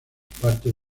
partes